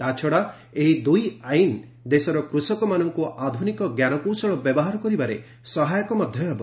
ତା' ଛଡ଼ା ଏହି ଦୁଇ ଆଇନ ଦେଶର କୃଷକମାନଙ୍କୁ ଆଧୁନିକ ଜ୍ଞାନକୌଶଳର ବ୍ୟବହାର କରିବାରେ ସକ୍ଷମ କରାଇବ